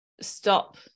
stop